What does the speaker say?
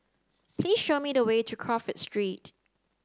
please show me the way to Crawford Street